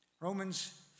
Romans